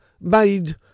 made